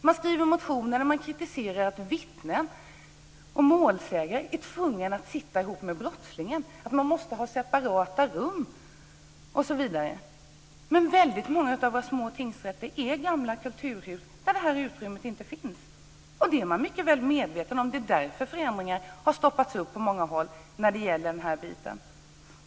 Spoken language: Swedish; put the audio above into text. Man skriver motioner där man kritiserar att vittnen och målsägande är tvungna att sitta ihop med brottslingen, att det måste vara separata rum, osv. Men väldigt många av våra små tingsrätter är gamla kulturhus där det här utrymmet inte finns. Det är man mycket väl medveten om. Det är därför förändringar har stoppats upp på många håll.